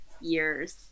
years